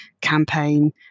campaign